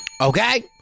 Okay